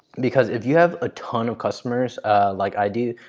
because if you have a ton of customers like i do,